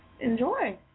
Enjoy